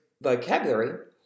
vocabulary